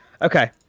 okay